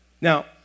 Now